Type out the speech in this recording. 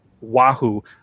Wahoo